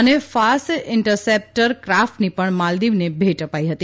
અને fast interceptor ક્રાફ્ટની પણ માલદીવને ભેટ અપાઈ હતી